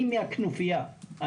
אני מהכנופייה,